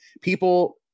people